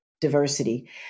diversity